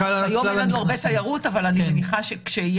כיום אין לנו הרבה תיירות אבל אני מניחה שכשתתחיל